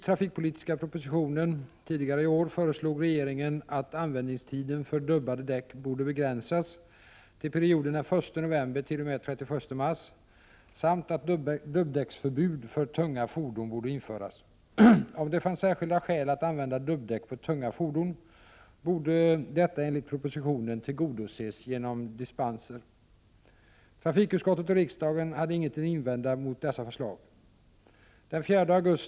Trafikutskottet och riksdagen hade inget att invända mot dessa förslag.